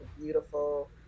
Beautiful